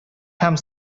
һәм